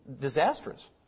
disastrous